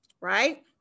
right